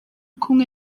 kumwe